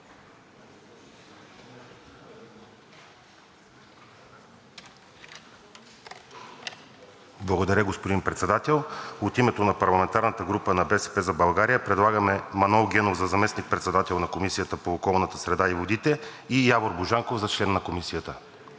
Благодаря Ви, господин Председател. От името на парламентарната група на „БСП за България“ предлагаме Манол Генов за заместник-председател на Комисията по околната среда и водите и Явор Божанков за член на Комисията.